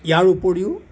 ইয়াৰ উপৰিও